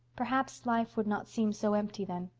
perhaps life would not seem so empty then.